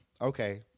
Okay